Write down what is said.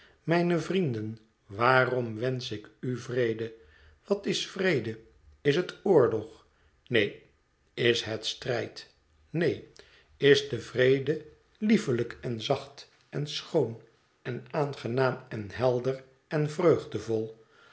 mijne vrienden waarom wensch ik u vrede wat is vrede is het oorlog neen is het strijd neem is de vrede liefelijk en zacht en schoon en aangenaam en helder en vreugdevol